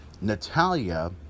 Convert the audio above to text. Natalia